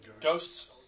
Ghosts